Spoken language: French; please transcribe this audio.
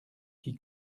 qui